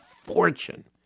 fortune